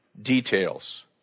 Details